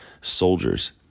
soldiers